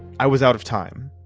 i was out of time.